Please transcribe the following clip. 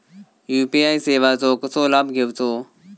UPI सेवाचो कसो लाभ घेवचो?